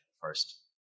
first